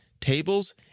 tables